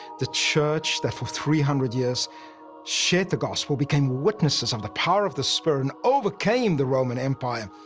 the church that for three hundred years shared the gospel, became witnesses of the power of the spirit, and overcame the roman empire.